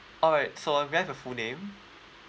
alright so I may I have your full name